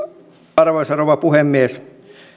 arvoisa rouva puhemies